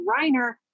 Reiner